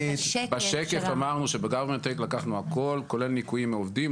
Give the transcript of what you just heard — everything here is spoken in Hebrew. בשקף אמרנו שב- government takeלקחנו הכול כולל ניכויים מעובדים.